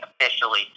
officially